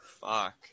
Fuck